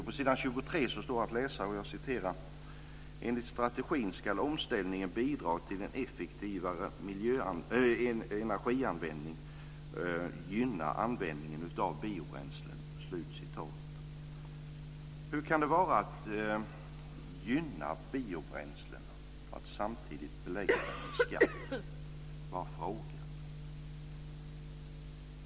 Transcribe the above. På s. 23 står följande att läsa: "Enligt strategin skall omställningen bidra till en effektivare energianvändning, gynna användningen av biobränslen". Hur kan det vara att gynna biobränslen att samtidigt belägga dem med skatt? Jag bara frågar.